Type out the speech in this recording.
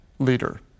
leader